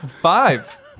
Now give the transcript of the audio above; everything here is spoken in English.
Five